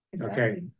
okay